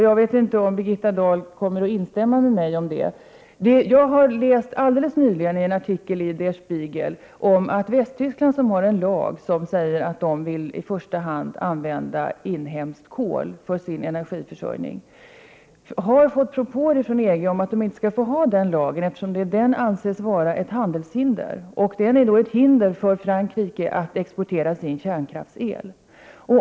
Jag vet inte om Birgitta Dahl kommer att instämma med mig om det. Jag har alldeles nyligen läst en artikel i Der Spiegel om att Västtyskland, som har en lag som säger att man i första hand skall använda inhemskt kol för sin energiförsörjning, har fått propåer från EG om att den lagen inte skall få vara kvar, eftersom den anses utgöra ett handelshinder. Den är då ett hinder för Frankrike att exportera sin kärnkraftsel.